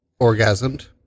orgasmed